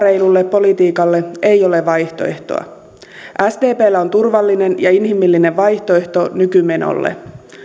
politiikalle ei ole vaihtoehtoa sdpllä on turvallinen ja inhimillinen vaihtoehto nykymenolle